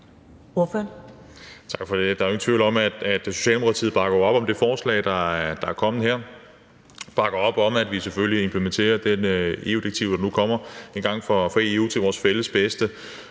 Der er ingen tvivl om, at Socialdemokratiet bakker op om det forslag, der er kommet her, og bakker op om, at vi selvfølgelig implementerer det EU-direktiv, der nu kommer fra EU, til vores fælles bedste.